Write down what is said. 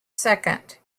second